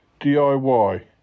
DIY